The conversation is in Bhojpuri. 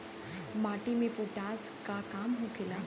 माटी में पोटाश के का काम होखेला?